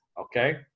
okay